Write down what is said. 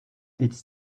it’s